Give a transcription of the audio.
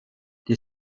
die